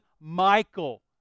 Michael